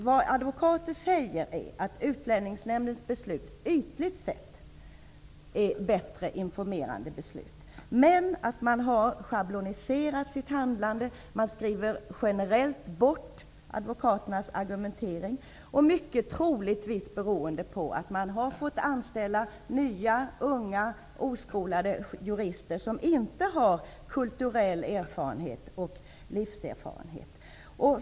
Vad advokater säger är nämligen att Utlänningsnämndens beslut ytligt sett är bättre informerande beslut men att man har schabloniserat sitt handlande och att man generellt bortser från advokaternas argumentering. Detta beror troligtvis till stor del på att Utlänningsnämnden har fått anställa nya, unga och oskolade jurister, som inte har kulturell erfarenhet och livserfarenhet.